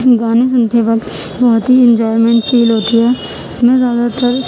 گانے سنتے وقت بہت ہی انجوائمنٹ فیل ہوتی ہے میں زیادہ تر